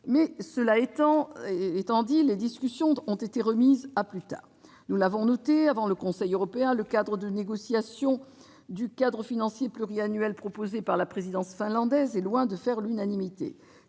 climatique, mais les discussions ont été remises à plus tard ... Nous l'avions noté avant le Conseil européen, le cadre de négociation du cadre financier pluriannuel proposé par la présidence finlandaise est loin de faire l'unanimité.